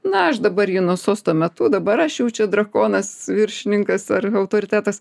na aš dabar jį nuo sosto metu dabar aš jau čia drakonas viršininkas ar autoritetas